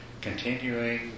continuing